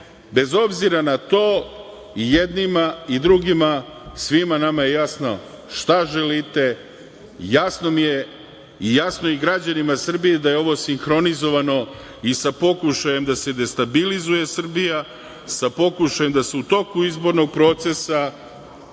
Bez obzira na to, i jednima i drugima, svima nama je jasno šta želite, jasno mi je, jasno je i građanima Srbije da je ovo sinhronizovano i sa pokušajem da se destabilizuje Srbija, sa pokušajem da se u toku izbornog procesa